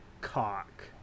cock